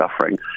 suffering